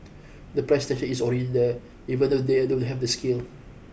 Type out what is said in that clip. the price tension is already there even though their don't have the scale